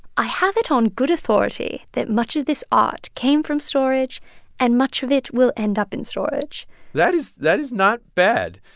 i have it on good authority that much of this art came from storage and much of it will end up in storage that is that is not bad.